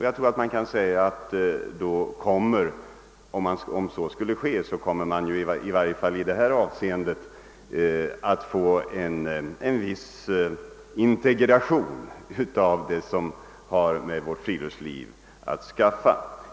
Jag tror man kan säga att man då kommer att i det här avseendet få en viss integration av det som har med vårt friluftsliv att skaffa.